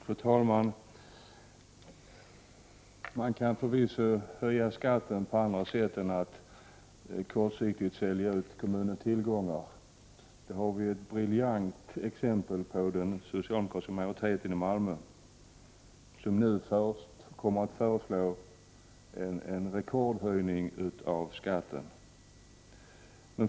Fru talman! Man kan förvisso höja skatten av andra skäl än en kortsiktig försäljning av kommunens tillgångar. Det ger den socialdemokratiska majoriteten i Malmö ett briljant exempel på, för den kommer nu att föreslå en rekordhöjning av skatten.